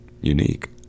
unique